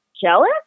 jealous